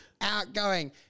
outgoing